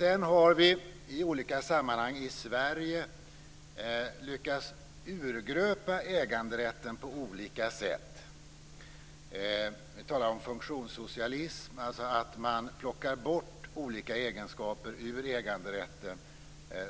Vi har i olika sammanhang i Sverige lyckats urgröpa äganderätten på olika sätt. Vi talar om funktionssocialism, dvs. att man plockar bort olika egenskaper ur äganderätten